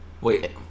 Wait